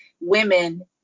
women